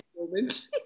moment